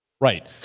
Right